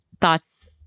thoughts